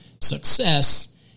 success